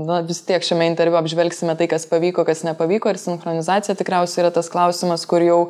na vis tiek šiame interviu apžvelgsime tai kas pavyko kas nepavyko ir sinchronizacija tikriausiai yra tas klausimas kur jau